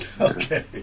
Okay